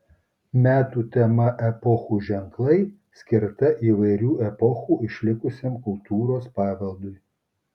metų tema epochų ženklai skirta įvairių epochų išlikusiam kultūros paveldui